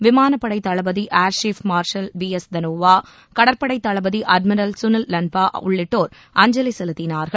விமானப்படைத் தளபதி air chief marshal பிராஸ் தனோவா கடற்படை தளபதி அட்மிரல் சுனில் லம்பா உள்ளிட்டோர் அஞ்சலி செலுத்தினார்கள்